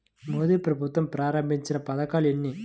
మోదీ ప్రభుత్వం ప్రారంభించిన పథకాలు ఎన్ని?